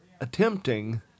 attempting